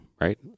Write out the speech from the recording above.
right